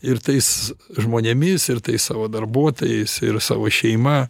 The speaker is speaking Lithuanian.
ir tais žmonėmis ir tais savo darbuotojais ir savo šeima